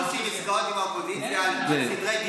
גם עושים עסקאות עם האופוזיציה על סדרי דיבור,